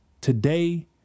Today